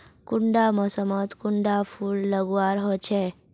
कुंडा मोसमोत कुंडा फुल लगवार होछै?